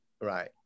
Right